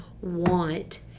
want